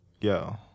yo